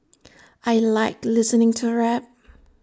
I Like listening to rap